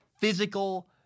physical